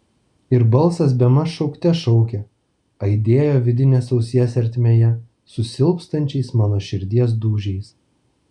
ir balsas bemaž šaukte šaukė aidėjo vidinės ausies ertmėje su silpstančiais mano širdies dūžiais